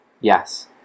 Yes